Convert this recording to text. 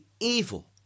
evil